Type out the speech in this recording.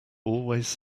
always